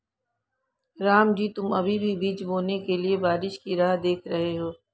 रामजी तुम अभी भी बीज बोने के लिए बारिश की राह देख रहे हो?